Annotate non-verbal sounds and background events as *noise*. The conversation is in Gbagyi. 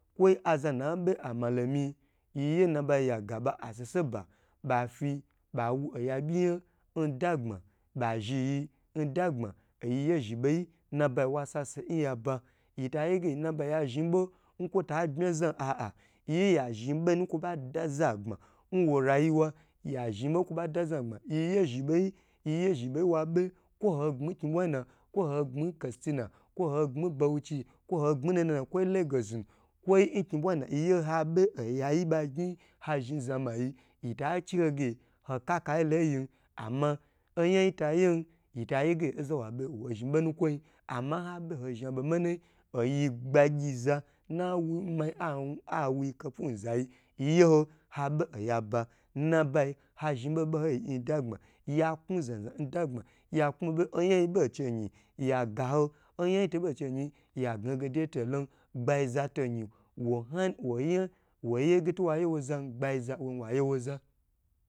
Kwo azanuna be kwo amalomi yiye nabayi ya ga ba asese ba ba fi ba wu oya byi ya nda gbma ba zhi nyi ndagbma oyiye zhibe ye wa sase yaba yita nge ya zhn bo kwo ta da zan a a yiye ya zhn bonu nkwo ba dagbma nwo rayiwa ya zhn bo kwo ba da za gbma yiye zhibeyi wabe kwo ho gbni kni bwa yina kwo ho gbni n kasina kwo ho gbni bauchi kwo ho gbni nana kwo lagos nu kwo nkni bwayina yi ye ha be oyayi ba gyn ha zhn zama yi yita chihoge hokakayito yi ama obo yitayen yita ge oza wo be wo zhn bo nukwoyi ama nhabe ho zhn bo manayi gye gbagyi za nama awo kopu nza yi, yi ye ho habe oya ba nnabayi ha zhn boboyi nyi nda gbma akun zna zna ndagbma yaku be oyan yi be che yin yagaho oyan yito bo chei yagna hoge deye tolon gbayi za to yin wo ha wo yan ge to wa yewo zan gbaiza *unintelligible*